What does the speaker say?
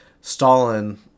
Stalin